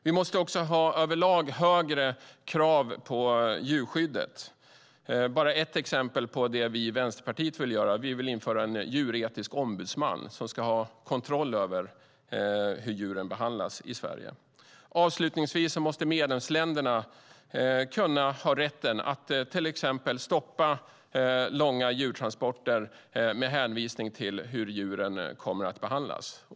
Vi måste också över lag ha högre krav på djurskyddet. Låt mig nämna ett exempel på vad vi i Vänsterpartiet vill göra. Vi vill införa en djuretisk ombudsman som ska ha kontroll över hur djuren behandlas i Sverige. Medlemsländerna måste till exempel ha rätten att stoppa långa djurtransporter med hänvisning till hur djuren kommer att behandlas.